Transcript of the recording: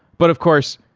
but of course,